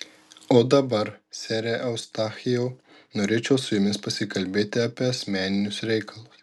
o dabar sere eustachijau norėčiau su jumis pasikalbėti apie asmeninius reikalus